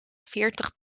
veertig